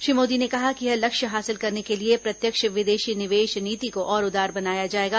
श्री मोदी ने कहा कि यह लक्ष्य हासिल करने के लिए प्रत्यक्ष विदेशी निवेश नीति को और उदार बनाया जाएगा